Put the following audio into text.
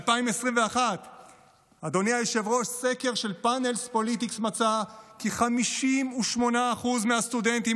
ב-2021 סקר של "פאנלס פוליטיקס" מצא כי 58% מהסטודנטים